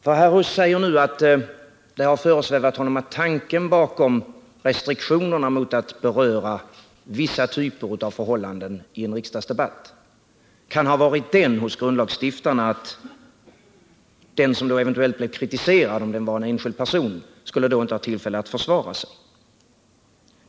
Herr Huss säger nu att det föresvävat honom att tanken hos grundlagsstiftarna bakom restriktionerna mot att beröra vissa typer av förhållanden i en riksdagsdebatt kan ha varit att den som då eventuellt blev kritiserad —-om det nu var en enskild person — inte skulle ha tillfälle att försvara sig.